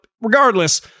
Regardless